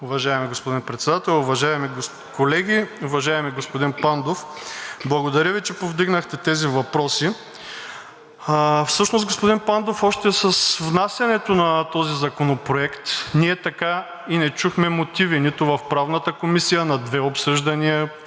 Уважаеми господин Председател, уважаеми колеги! Уважаеми господин Пандов, благодаря Ви, че повдигнахте тези въпроси. Господин Пандов, всъщност още с внасянето на този законопроект ние така и не чухме мотиви нито в Правната комисия – на две обсъждания,